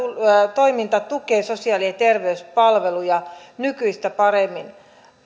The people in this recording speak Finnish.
toiminta tukee sosiaali ja terveyspalveluja nykyistä paremmin